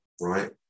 right